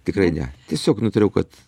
tikrai ne tiesiog nutariau kad